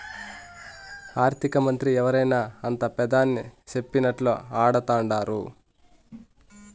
ఆర్థికమంత్రి ఎవరైనా అంతా పెదాని సెప్పినట్లా ఆడతండారు